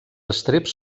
estreps